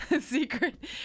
secret